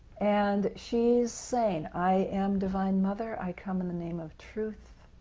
and she is saying, i am divine mother, i come in the name of truth